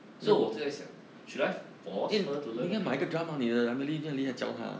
so 我真在想 should I force her to learn a piano